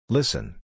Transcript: Listen